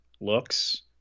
looks